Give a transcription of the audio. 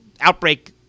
outbreak